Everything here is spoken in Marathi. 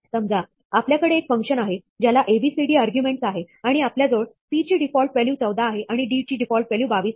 समजा आपल्याकडे एक फंक्शन आहे ज्याला abcd आर्ग्युमेंटस आहे आणि आपल्याजवळ c ची डिफॉल्ट व्हॅल्यू 14 आहे आणि d ची डिफॉल्ट व्हॅल्यू 22 आहे